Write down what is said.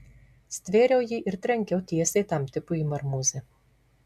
stvėriau jį ir trenkiau tiesiai tam tipui į marmūzę